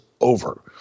over